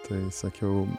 tai sakiau